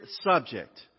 subject